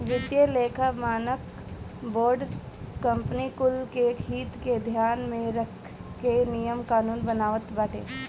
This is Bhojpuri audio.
वित्तीय लेखा मानक बोर्ड कंपनी कुल के हित के ध्यान में रख के नियम कानून बनावत बाटे